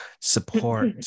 support